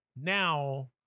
now